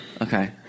Okay